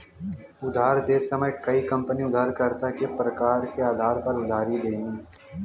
उधार देत समय कई कंपनी उधारकर्ता के प्रकार के आधार पर उधार देनी